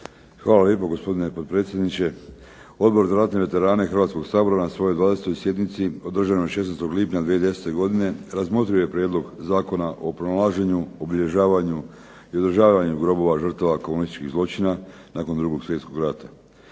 Hvala lijepo gospodine potpredsjedniče. Odbor za ratne veterane Hrvatskog sabora na svojoj 20. sjednici održanoj 16. lipnja 2010. godine, razmotrio je prijedlog Zakona o pronalaženju, obilježavanju, izražavanju grobova žrtava komunističkih zločina nakon 2. Svjetskog rata,